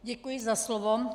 Děkuji za slovo.